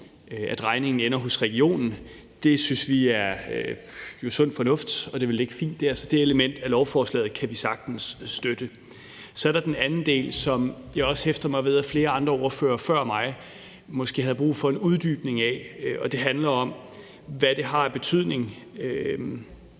at regningen ender hos regionen, synes vi er sund fornuft. Det vil ligge fint der, så det element af lovforslaget kan vi sagtens støtte. Så er der den anden del, som jeg også hæfter mig ved at flere andre ordførere før mig måske havde brug for en uddybning af. Det handler om, hvad det har af betydning,